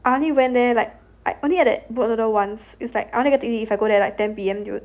I only went there like I only ate the boat noodle once is like I only get to eat if I go there at like ten P_M dude